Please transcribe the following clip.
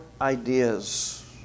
ideas